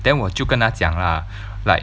then 我就跟他讲 lah like